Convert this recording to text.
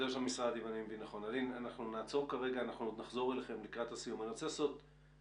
תודה רבה, חבר הכנסת שלח,